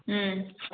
ꯎꯝ